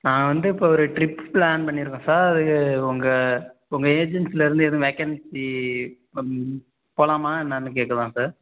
நான் வந்து இப்போ ஒரு ட்ரிப் ப்ளான் பண்ணியிருக்கோம் சார் அதுக்கு உங்கள் உங்கள் ஏஜென்சிலேருந்து எதுவும் வேக்கன்ஸி போலாமா என்னென்னு கேட்க தான் சார்